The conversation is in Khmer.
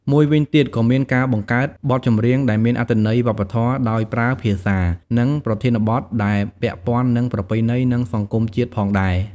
មួយវិញទៀតក៏មានការបង្កើតបទចម្រៀងដែលមានអត្ថន័យវប្បធម៌ ដោយប្រើភាសា និងប្រធានបទដែលពាក់ព័ន្ធនឹងប្រពៃណី និងសង្គមជាតិផងដែរ។